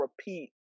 repeat